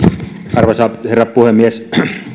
arvoisa herra puhemies